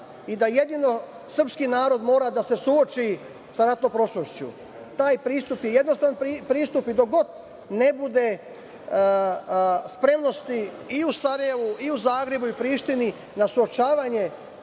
i da jedino srpski narod mora da se suoči sa ratnom prošlošću. Taj pristup je jednostrani pristup i dok god ne bude spremnosti i u Sarajevu, i u Zagrebu, i u Prištini, na suočavanje